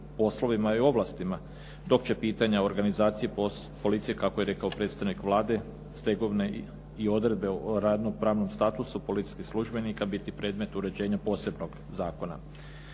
poslovima i ovlastima dok će pitanja organizacije policije kako je rekao predstavnik Vlade stegovne i odredbe o radno pravnom statusu policijskih službenika biti predmet uređenja posebnog zakona.